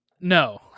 No